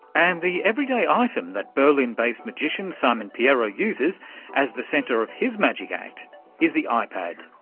and the everyday item that berlin-based magician simon pierro uses as the centre of his magic act is the ah ipad.